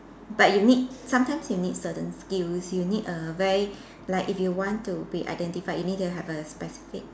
but you need sometimes you need a certain skills you need a very like if you want to be identified you need to have a specific